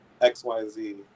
XYZ